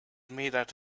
made